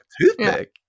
toothpick